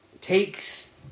takes